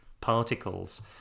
particles